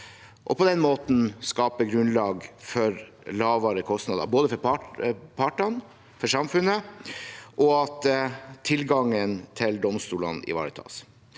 på den måten skape grunnlag for lavere kostnader, både for partene og for samfunnet, og at tilgangen til domstolene ivaretas.